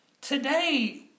today